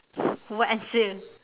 what answer